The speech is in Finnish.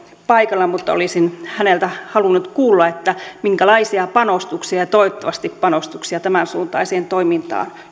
paikalla mutta olisin häneltä halunnut kuulla minkälaisia panostuksia ja toivottavasti panostuksia tämänsuuntaiseen toimintaan